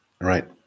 Right